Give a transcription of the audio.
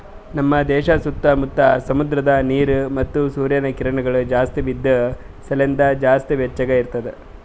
ನಮ್ ದೇಶ ಸುತ್ತಾ ಮುತ್ತಾ ಸಮುದ್ರದ ನೀರ ಮತ್ತ ಸೂರ್ಯನ ಕಿರಣಗೊಳ್ ಜಾಸ್ತಿ ಬಿದ್ದು ಸಲೆಂದ್ ಜಾಸ್ತಿ ಬೆಚ್ಚಗ ಇರ್ತದ